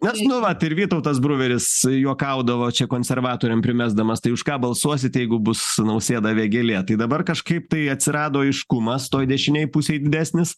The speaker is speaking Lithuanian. nes nu vat ir vytautas bruveris juokaudavo čia konservatoriam primesdamas tai už ką balsuosit jeigu bus nausėda vėgėlė tai dabar kažkaip tai atsirado aiškumas toj dešinėj pusėj didesnis